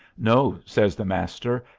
no, says the master,